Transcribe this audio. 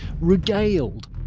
regaled